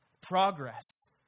Progress